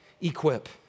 equip